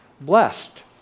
blessed